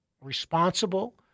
responsible